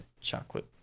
chocolate